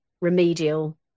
remedial